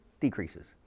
decreases